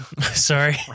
sorry